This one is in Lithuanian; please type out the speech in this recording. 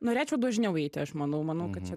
norėčiau dažniau eiti aš manau manau kad čia